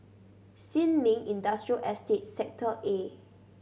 Sin Ming Industrial Estate Sector A